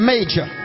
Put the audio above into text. Major